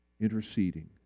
interceding